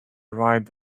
ride